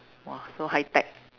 !wah! so high tech